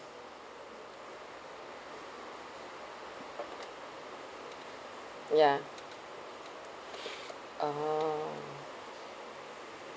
ya oh